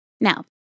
Now